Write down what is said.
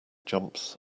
jumps